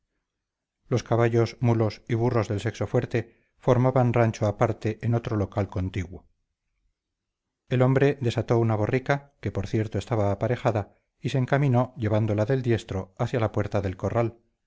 sexo fuerte formaban rancho aparte en otro local contiguo el hombre desató una borrica que por cierto estaba aparejada y se encaminó llevándola del diestro hacia la puerta del corral